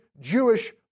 Jewish